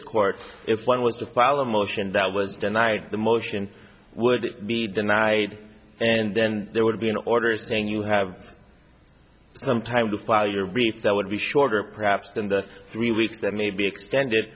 court if one was to file a motion that was denied the motion would be denied and then there would be an order saying you have some time to file your research that would be shorter perhaps than the three weeks that may be extended